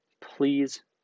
please